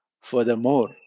Furthermore